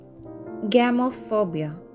Gamophobia